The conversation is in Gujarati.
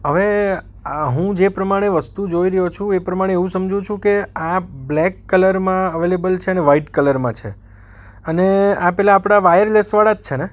હવે આ હું જે પ્રમાણે વસ્તુ જોઈ રહ્યો છું એ પ્રમાણે એવું સમજું છું કે આ બ્લેક કલરમાં અવેલેબલ છે અને વાઈટ કલરમાં છે અને આ પેલા આપણા વાયરલેસવાળા જ છે ને